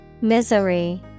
Misery